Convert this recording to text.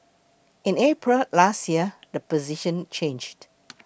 in April last year the position changed